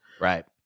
right